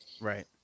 right